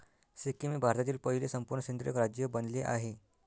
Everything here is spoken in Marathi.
सिक्कीम हे भारतातील पहिले संपूर्ण सेंद्रिय राज्य बनले आहे